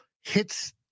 hits